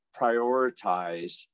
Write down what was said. prioritize